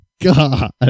god